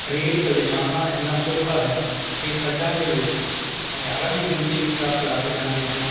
ਰੇਤ ਲਿਜਾਣਾ ਇੰਨਾ ਸੌਖਾ ਹੈ ਕਿ ਖੱਡਾਂ ਦੇ ਵਿੱਚ ਹਜ਼ਾਰਾਂ ਦੀ ਗਿਣਤੀ 'ਚ ਟਰੱਕ ਲੱਗ ਜਾਂਦੇ ਹਨ